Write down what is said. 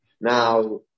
now